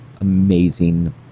amazing